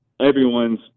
Everyone's